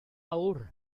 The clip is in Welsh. awr